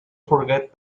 forget